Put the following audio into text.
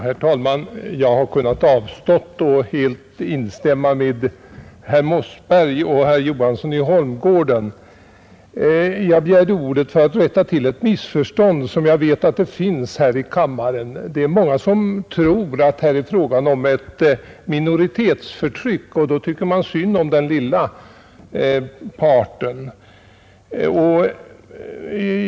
Herr talman! Jag hade kunnat avstå från att yttra mig och helt instämma med herr Mossberger och herr Johansson i Holmgården, men jag begärde ordet för att rätta till ett missförstånd som jag vet förekommer i kammaren. Det är många som tror att här är det fråga om ett minoritetsförtryck, och då tycker de synd om den lilla parten.